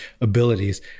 abilities